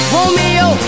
Romeo